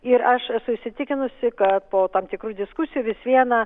ir aš esu įsitikinusi kad po tam tikrų diskusijų vis viena